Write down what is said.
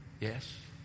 Yes